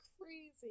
crazy